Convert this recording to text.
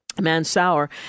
Mansour